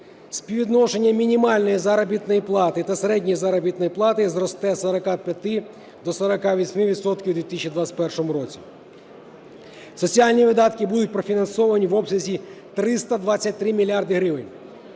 Співвідношення мінімальної заробітної плати та середньої заробітної плати зросте з 45 до 48 відсотків в 2021 році. Соціальні видатки будуть профінансовані в обсязі 323 мільярди